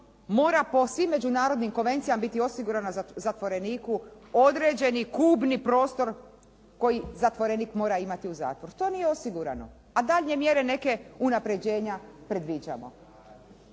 mora po svim međunarodnim konvencijama biti osigurano zatvoreniku određeni kubni prostor koji zatvorenik mora imati u zatvoru. To nije osigurano, a daljnje mjere neke unapređenja predviđamo.